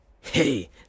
Hey